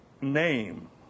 name